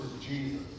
Jesus